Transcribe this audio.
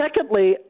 secondly